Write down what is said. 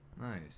Nice